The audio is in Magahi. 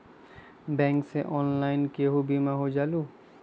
बैंक से ऑनलाइन केहु बिमा हो जाईलु?